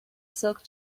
silk